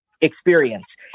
experience